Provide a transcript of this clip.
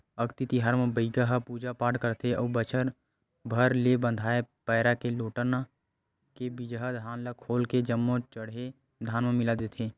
अक्ती तिहार म बइगा ह पूजा पाठ करथे अउ बछर भर ले बंधाए पैरा के लोटना के बिजहा धान ल खोल के जम्मो चड़हे धान म मिला देथे